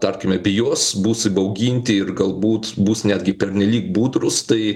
tarkime bijos bus įbauginti ir galbūt bus netgi pernelyg budrūs tai